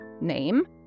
name